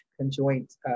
conjoint